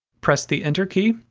press the enter key,